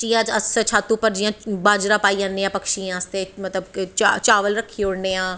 अस जियां छत्त उप्पर बाजरा पाई औने आं पक्षियें आस्तै मतलव कि चावल रक्खी ओड़नें आं